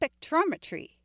spectrometry